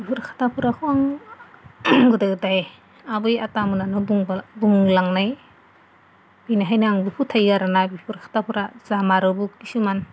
बेफोर खोथाफोरखौ आं गोदो गोदाय आबै आबौमोनानो बुंलांनाय बेनिखायनो आंबो फोथायो आरोना बेफोर खोथाफोरा जामारोबो खिसुमान